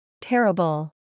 TERRIBLE